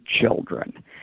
children